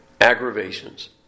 aggravations